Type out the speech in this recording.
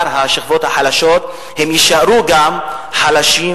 השכבות החלשות יישארו חלשות,